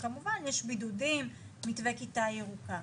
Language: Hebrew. כמובן יש בידודים ומתווה כיתה ירוקה.